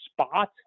spot